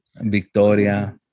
Victoria